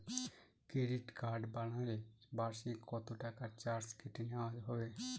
Credit card বানালে বার্ষিক কত টাকা চার্জ কেটে নেওয়া হবে?